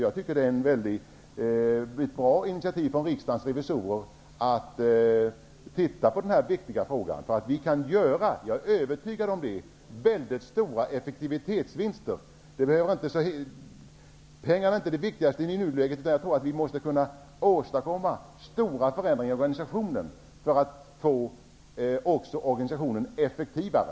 Jag tycker att det är ett mycket bra initiativ från Riksdagens revisorer att se över denna viktiga fråga, därför att jag är övertygad om att man kan få stora effektivitetsvinster. Pengarna är i nuläget inte viktigast, men jag tror att stora förändringar måste åstadkommas för att organisationen skall bli effektivare.